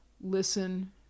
listen